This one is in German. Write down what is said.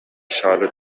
schale